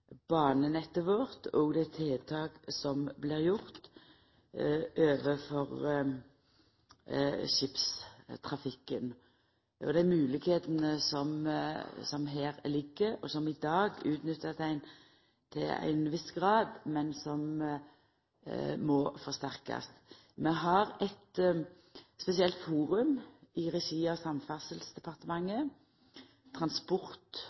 banenettet vårt og dei tiltaka som blir gjorde overfor skipstrafikken – dei moglegheitene som ligg her, og som ein i dag utnyttar til ein viss grad, men som må forsterkast. Vi har eit spesielt forum i regi av Samferdselsdepartementet – Transport- og